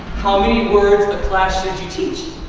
how many words a class should you teach?